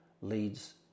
leads